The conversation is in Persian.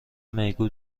میگو